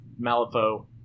Malifaux